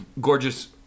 gorgeous